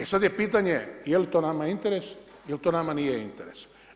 E sada je pitanje jeli to nama interes jel to nama nije interes.